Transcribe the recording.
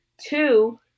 Two